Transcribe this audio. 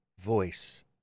voice